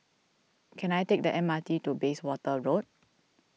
can I take the M R T to Bayswater Road